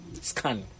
scan